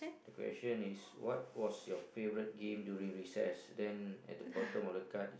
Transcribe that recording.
question is what was your favourite game during recess then at the bottom of the guard